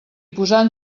posant